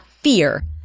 fear